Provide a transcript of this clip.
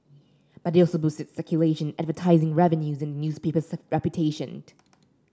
but they also boosted circulation advertising revenues and newspaper's reputation